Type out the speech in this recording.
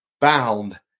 bound